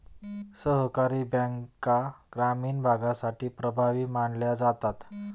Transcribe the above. सहकारी बँका ग्रामीण भागासाठी प्रभावी मानल्या जातात